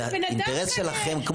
זה אינטרס שלכם.